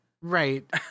right